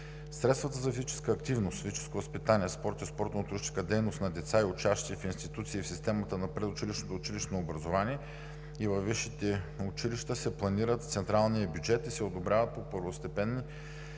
Средствата за физическа активност, физическо възпитание, спорт и спортно-туристическа дейност на деца и учащи в институции в системата на предучилищното и училищното образование и във висшите училища се планират в централния бюджет и се одобряват по първостепенни